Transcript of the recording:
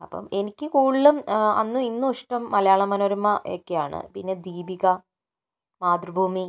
അപ്പോൾ എനിക്ക് കൂടുതലും അന്നും ഇന്നും ഇഷ്ടം മലയാള മനോരമ ഒക്കെയാണ് പിന്നെ ദ്വീപിക മാതൃഭൂമി